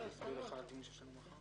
(סמכות השיפוט בעניין הליכי בוררות)